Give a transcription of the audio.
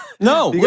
No